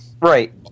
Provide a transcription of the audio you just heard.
Right